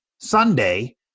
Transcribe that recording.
Sunday